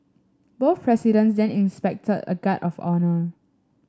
both presidents then inspected a guard of honour